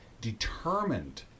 determined